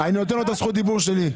אני נותן לו את הזכות דיבור שלי.